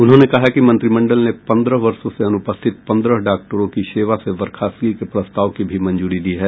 उन्होंने कहा कि मंत्रिमंडल ने पंद्रह वर्षो से अनुपस्थित पंद्रह डॉक्टरों की सेवा से बर्खास्तगी के प्रस्ताव की भी मंजूरी दी है